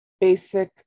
basic